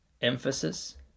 emphasis